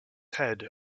head